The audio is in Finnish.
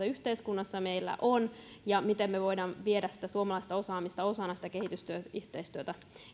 yhteiskunnassa meillä on ja miten me me voimme viedä sitä suomalaista osaamista osana kehitysyhteistyötä